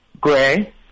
Gray